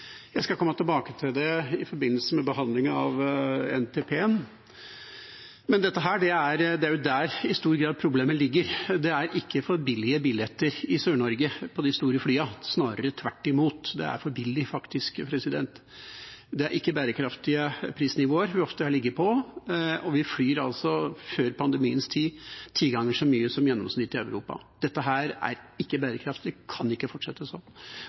Men det er der problemet i stor grad ligger. Det er ikke for dyre billetter i Sør-Norge på de store flyene, snarere tvert imot, det er faktisk for billig. Det er ikke bærekraftige prisnivåer det ofte har ligget på, og vi fløy, før pandemiens tid, ti ganger så mye som gjennomsnittet i Europa. Dette er ikke bærekraftig. Det kan ikke fortsette sånn.